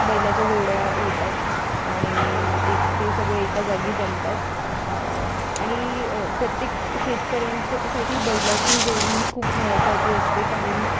बैलाच्या जोड्या येतात आणि एक ते सगळे एका जागी जमतात आणि प्रत्येक शेतकऱ्यांच्या साठी बैलाची जोडी ही खूप महत्त्वाची असते कारण